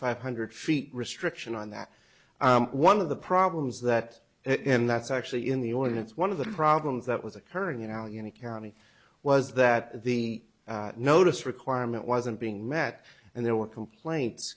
five hundred feet restriction on that one of the problems that it and that's actually in the ordinance one of the problems that was occurring in allegheny county was that the notice requirement wasn't being met and there were complaints